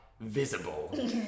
visible